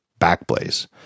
Backblaze